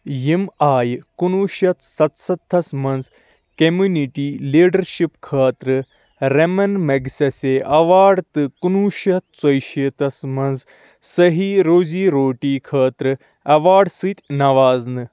یِم آیہِ کُنوُہ شیٚتھ سَتستتھس منٛز کمیونٹی لیٖڈرشِپ خٲطرٕ ریمن میگسیسے ایوارڈ تہٕ کُنوُہ شیٚتھ ژۄیہِ شيٖتس منٛز صحیح روزی روٹی خٲطرٕ ایوارڈ سۭتۍ نوازنہٕ